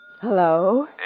Hello